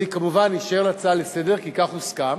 זה כמובן יישאר הצעה לסדר, כי כך הוסכם.